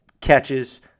catches